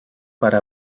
para